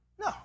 No